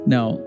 Now